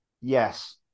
Yes